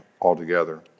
altogether